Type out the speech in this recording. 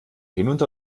hinunter